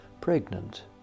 pregnant